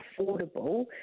affordable